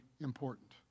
important